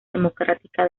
democrática